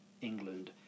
England